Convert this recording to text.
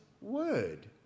word